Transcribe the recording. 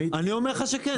אני אומר לך שכן.